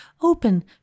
open